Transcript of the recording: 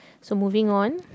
so moving on